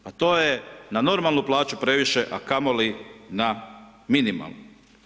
Pa to je na normalnu plaću previše a kamoli na minimalnu.